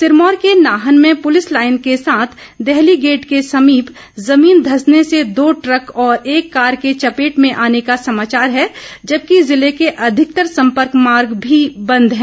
सिरमौर के नाहन में police line के साथ देहली गेट के समीप जमीन धसने से दो ट्रक और एक ँ कार के चपेट में आने का समाचार है जबकि जिले के अधिकतर सम्पर्क मार्ग भी बंद है